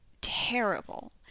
terrible